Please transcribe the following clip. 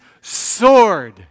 sword